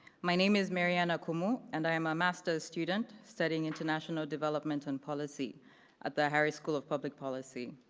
my name is marianne akumu, and i am a masters student studying international development and policy at the harris school of public policy.